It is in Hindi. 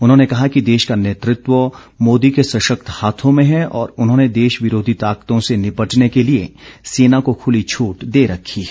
उन्होंने कहा कि देश का नेतृत्व मोदी के सशक्त हाथों में है और उन्होंने देश विरोधी ताकतों से निपटने के लिए सेना को खुली छूट दे रखी है